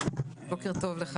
בוקר טוב.